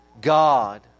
God